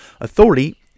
authority